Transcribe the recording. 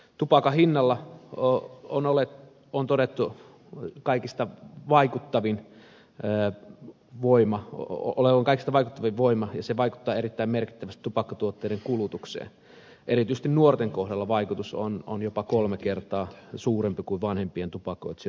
tupakan hinnalla on todettu olevan kaikista vaikuttavin voima ja se vaikuttaa erittäin merkittävästi tupakkatuotteiden kulutukseen erityisesti nuorten kohdalla vaikutus on jopa kolme kertaa suurempi kuin vanhempien tupakoitsijoiden kohdalla